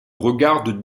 regardent